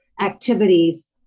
activities